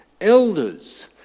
Elders